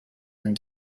and